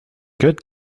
good